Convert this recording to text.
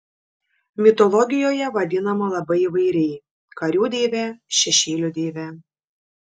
mitologijoje vadinama labai įvairiai karių deive šešėlių deive